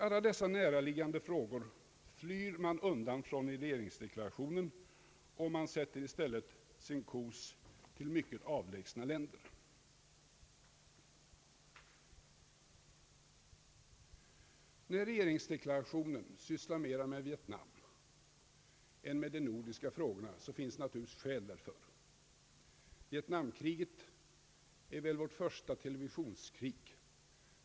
Alla dessa näraliggande frågor flyr man undan från i regeringsdeklarationen, och man styr i stället sin kos till mycket avlägsna länder. När regeringsdeklarationen sysslar mera med Vietnam än med de nordiska frågorna, så finns det naturligtvis skäl därför. Vietnamkriget är väl vårt första televisionsskildrade krig.